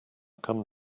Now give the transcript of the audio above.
come